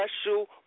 special